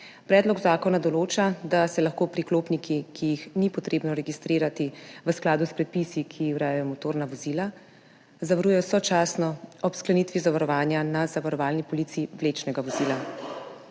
Predlog zakona določa, da se lahko priklopniki, ki jih ni treba registrirati v skladu s predpisi, ki urejajo motorna vozila, zavarujejo sočasno ob sklenitvi zavarovanja na zavarovalni polici vlečnega vozila.